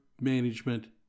management